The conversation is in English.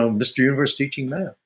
um mr. universe teaching math.